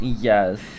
Yes